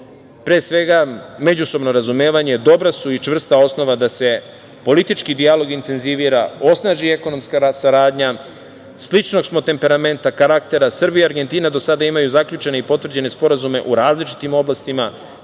pre svega, međusobno razumevanje dobra su i čvrsta osnova da se politički dijalog intenzivira, osnaži ekonomska saradnja. Sličnog smo temperamenta, karaktera. Srbija i Argentina do sada imaju zaključene i potvrđene sporazume u različitim oblastima